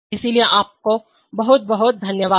इसलिए आपको बहुत बहुत धन्यवाद